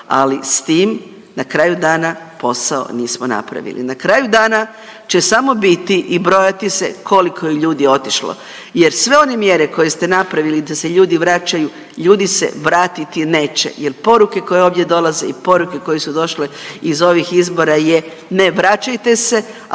ali s tim na kraju dana posao nismo napravili. Na kraju dana će samo biti i brojati se koliko je ljudi otišlo jer sve one mjere koje ste napravili da se ljudi vraćaju, ljudi se vratiti neće jer poruke koje ovdje dolaze i poruke koje su došle iz ovih izbora je ne vraćajte se,